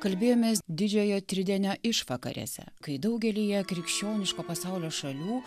kalbėjomės didžiojo tridienio išvakarėse kai daugelyje krikščioniško pasaulio šalių